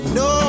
no